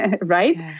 right